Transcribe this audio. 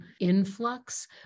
influx